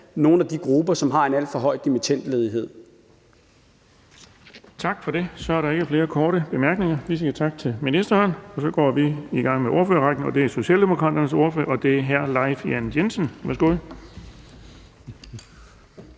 nogle af de grupper, som har en alt for høj dimittendledighed.